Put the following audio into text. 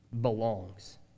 belongs